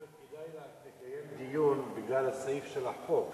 אני מציע לקיים דיון בגלל הסעיף של החוק,